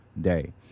day